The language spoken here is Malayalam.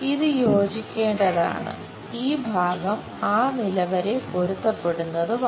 ഇത് യോജിക്കേണ്ടതാണ് ഈ ഭാഗം ആ നില വരെ പൊരുത്തപ്പെടുന്നതുമാണ്